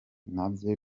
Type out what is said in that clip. nabyo